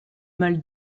mal